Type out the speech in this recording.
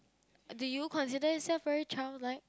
do you consider yourself very childlike